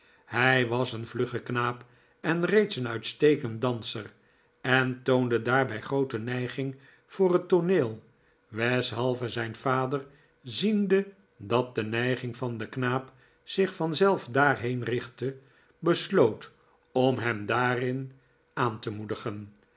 hij was een vlugge knaap en reeds een uitstekend danser en toonde daarbij groote neiging voor het tooneel weshalve zijn vader ziende dat de neiging van den knaap zich vanzelf daarheen richtte besloot om hem daarin aan te moedigen